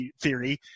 theory